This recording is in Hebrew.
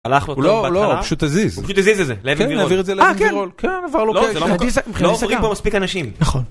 הלך לו? הוא לא, הוא לא, הוא פשוט הזיז. החלטה להזיז את זה לאבן גבירול. כן, להעביר את זה לאבן גבירול. כן, בר לא קשר. לא עוברים פה מספיק אנשים.